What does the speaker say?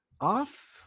off